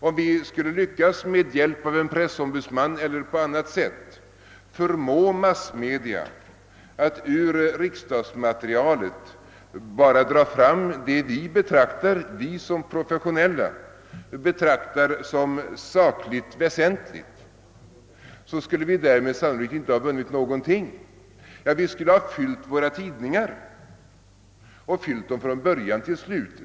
Om vi med hjälp av en pressombudsman eller på annat sätt lyckades förmå massmedia att ur riksdagsmaterialet dra ut bara det som vi professionella betraktar som sakligt väsentligt, så skulle vi därmed sannolikt inte ha vunnit någonting. Vi skulle bara ha fyllt våra tidningar från början till slut.